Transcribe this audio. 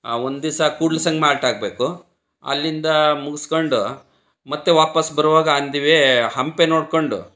ಒಂದು ದಿವಸ ಕೂಡಲ ಸಂಗಮ ಆಲ್ಟ್ ಆಗಬೇಕು ಅಲ್ಲಿಂದ ಮುಗ್ಸ್ಕೊಂಡು ಮತ್ತೆ ವಾಪಸ್ ಬರೋವಾಗ ಆನ್ ದಿ ವೇ ಹಂಪೆ ನೋಡ್ಕೊಂಡು